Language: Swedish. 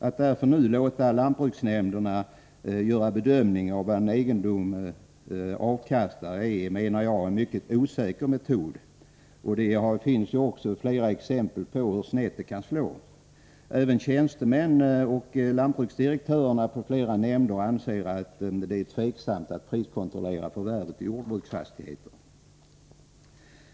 Att låta lantbruksnämnderna göra bedömningar av vad en egendom avkastar är en mycket osäker metod, menar jag. Det finns flera exempel på hur snett det kan slå. Även tjänstemän och lantbruksdirektörer i flera nämnder anser att det är tveksamt att priskontrollera värdet av jordbruksfastigheter.